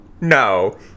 No